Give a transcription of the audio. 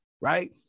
right